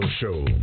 Show